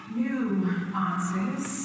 nuances